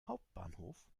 hauptbahnhof